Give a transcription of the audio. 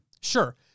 Sure